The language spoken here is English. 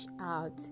out